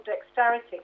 dexterity